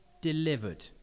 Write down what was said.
delivered